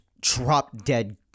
drop-dead